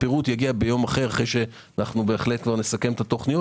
הפירוט יגיע ביום אחר בהחלט לא נסכם את התוכניות